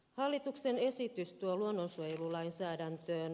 hallituksen esitys tuo luonnonsuojelulainsäädäntöön